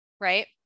Right